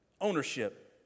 ownership